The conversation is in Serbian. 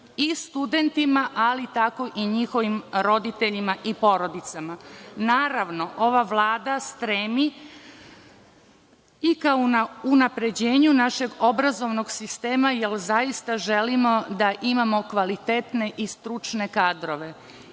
i studentima, ali tako i njihovim roditeljima i porodicama. Naravno ova Vlada stremi i ka unapređenju našeg obrazovnog sistema, jer zaista želimo da imamo kvalitetne i stručne kadrove.